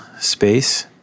space